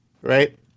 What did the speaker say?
right